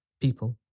people